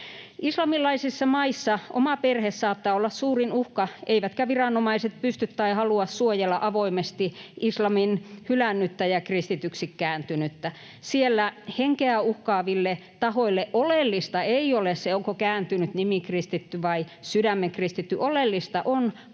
Islamilaisissa maissa oma perhe saattaa olla suurin uhka, eivätkä viranomaiset pysty tai halua suojella avoimesti islamin hylännyttä ja kristityksi kääntynyttä. Siellä henkeä uhkaaville tahoille oleellista ei ole se, onko kääntynyt nimikristitty vai sydämen kristitty. Oleellista on aiemman